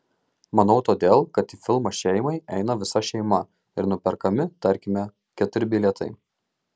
manau todėl kad į filmą šeimai eina visa šeima ir nuperkami tarkime keturi bilietai